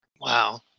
Wow